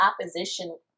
opposition